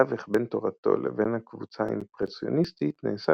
התווך בין תורתו לבין הקבוצה האימפרסיוניסטית נעשה